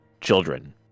children